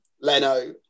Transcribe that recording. Leno